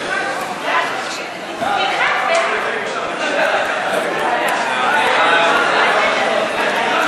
חוק מס ערך מוסף (תיקון מס' 51 והוראת שעה),